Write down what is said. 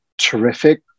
terrific